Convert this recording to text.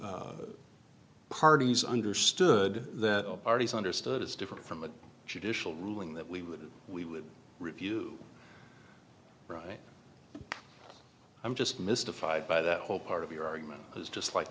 e parties understood that all parties understood as different from a judicial ruling that we would we would review right i'm just mystified by that whole part of your argument was just like